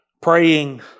Praying